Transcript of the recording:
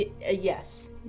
Yes